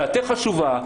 דעתך חשובה,